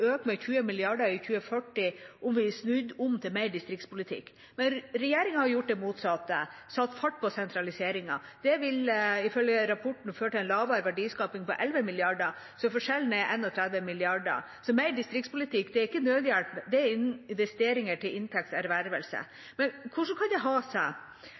øke med 20 mrd. kr i 2040 om vi snudde om til mer distriktspolitikk. Regjeringa har gjort det motsatte og satt fart på sentraliseringen. Det vil ifølge rapporten føre til en lavere verdiskaping på 11 mrd. kr, så forskjellen er 31 mrd. kr. Så mer distriktspolitikk er ikke nødhjelp, det er investeringer til inntekts ervervelse. Men hvordan kan det ha seg